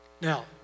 Now